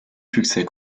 succès